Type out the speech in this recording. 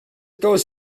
goes